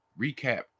recap